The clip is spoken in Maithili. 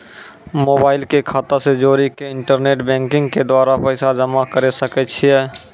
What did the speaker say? मोबाइल के खाता से जोड़ी के इंटरनेट बैंकिंग के द्वारा पैसा जमा करे सकय छियै?